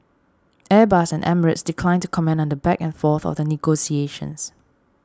Airbus and Emirates declined to comment on the back and forth of the negotiations